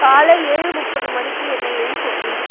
காலை ஏழு முப்பது மணிக்கு என்னை எழுப்பு பிளீஸ்